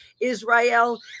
Israel